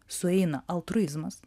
sueina altruizmas